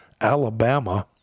Alabama